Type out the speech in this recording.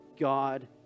God